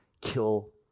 kill